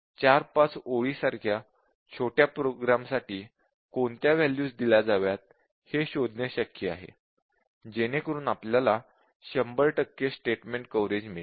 4 5 ओळी सारख्या छोट्या प्रोग्राम साठी कोणत्या वॅल्यूज दिल्या जाव्यात हे शोधणे शक्य आहे जेणेकरून आपल्याला 100 टक्के स्टेटमेंट कव्हरेज मिळेल